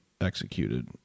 executed